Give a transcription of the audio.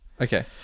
Okay